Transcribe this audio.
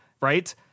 Right